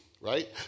right